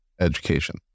education